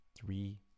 three